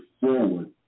forward